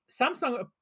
Samsung